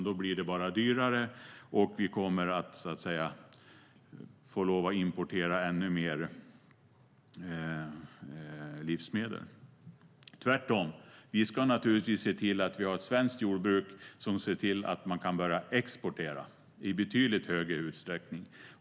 Då blir det bara dyrare, och vi kommer att få lov att importera ännu mer livsmedel.Tvärtom ska vi se till att vi har ett svenskt jordbruk som ser till att man kan börja exportera i betydligt större utsträckning.